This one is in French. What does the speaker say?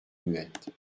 muette